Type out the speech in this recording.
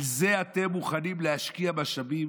בזה אתם מוכנים להשקיע משאבים?